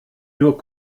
nur